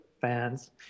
fans